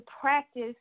practice